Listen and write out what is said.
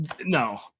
No